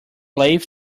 lathe